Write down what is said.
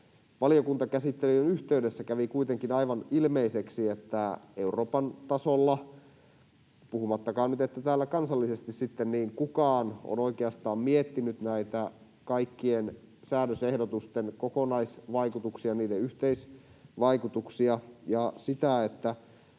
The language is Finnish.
Valiokuntakäsittelyn yhteydessä kävi kuitenkin aivan ilmeiseksi, että Euroopan tasolla — puhumattakaan nyt, että täällä kansallisesti sitten — kukaan olisi oikeastaan miettinyt näitä kaikkien säädösehdotusten kokonaisvaikutuksia, niiden yhteisvaikutuksia, ja sitä, että